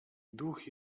duch